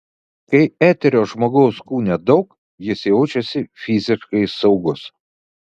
kai eterio žmogaus kūne daug jis jaučiasi fiziškai saugus